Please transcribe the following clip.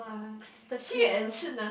crystal clear